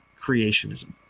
creationism